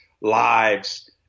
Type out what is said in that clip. lives